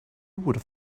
would